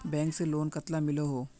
Bank से loan कतला मिलोहो?